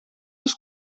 els